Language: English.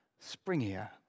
springier